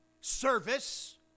service